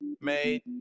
Made